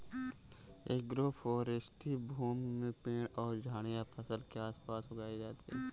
agroforestry भूमि में पेड़ और झाड़ियाँ फसल के आस पास उगाई जाते है